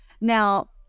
now